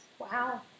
Wow